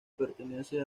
pertenece